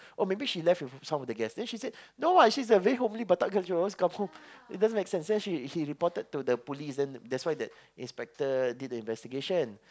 oh maybe she left with some of the guest then she said no what she's a very homely batak girl she always come home it doesn't make sense then she he reported to the police that's why the inspector did the investigation